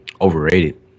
overrated